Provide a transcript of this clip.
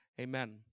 Amen